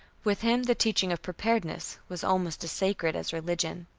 with him the teaching of preparedness was almost as sacred as religion.